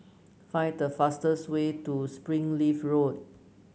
find the fastest way to Springleaf Road